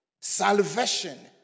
salvation